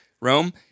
Rome